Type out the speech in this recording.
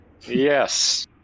Yes